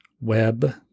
web